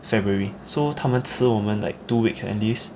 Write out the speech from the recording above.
february so 他们迟我们 like two weeks enlist